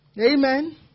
Amen